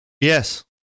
Yes